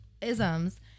isms